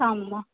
शाममे